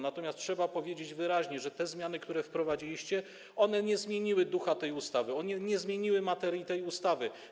Natomiast trzeba powiedzieć wyraźnie, że te zmiany, które wprowadziliście, nie zmieniły ducha tej ustawy, nie zmieniły materii tej ustawy.